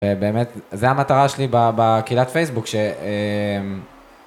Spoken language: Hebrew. באמת זה המטרה שלי בקהילת פייסבוק ש..